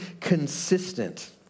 consistent